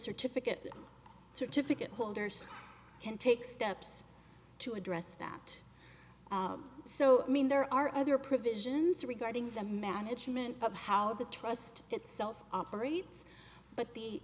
certificate certificate holders can take steps to address that so i mean there are other provisions regarding the management of how the trust itself operates but the